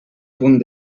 punt